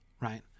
right